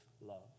love